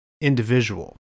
individual